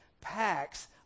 packs